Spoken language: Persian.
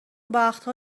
وقتها